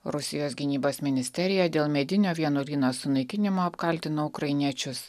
rusijos gynybos ministerija dėl medinio vienuolyno sunaikinimo apkaltino ukrainiečius